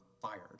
fired